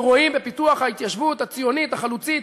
אנחנו רואים בפיתוח ההתיישבות הציונית החלוצית